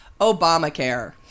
Obamacare